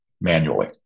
manually